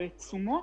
בתשומות